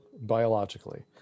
biologically